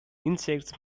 insects